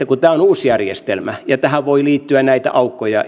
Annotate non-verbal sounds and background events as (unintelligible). (unintelligible) kun tämä on uusi järjestelmä ja tähän voi liittyä näitä aukkoja